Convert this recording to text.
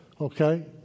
Okay